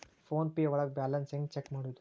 Phone pay ಒಳಗ balance ಹೆಂಗ್ check ಮಾಡುವುದು?